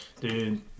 Dude